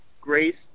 grace